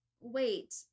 wait